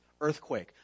earthquake